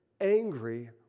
angry